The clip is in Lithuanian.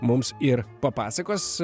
mums ir papasakos